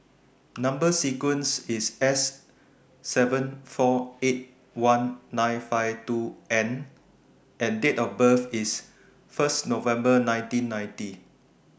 Number sequence IS S seven four eight one nine five two N and Date of birth IS First November nineteen ninety